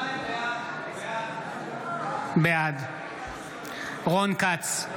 בעד רון כץ,